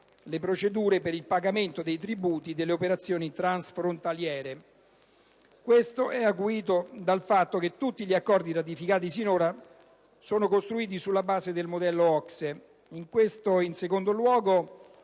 le procedure per il pagamento dei tributi delle operazioni transfrontaliere. Questo è acuito dal fatto che tutti gli accordi ratificati finora sono costruiti sulla base del modello OCSE. In secondo luogo,